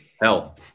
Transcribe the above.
Hell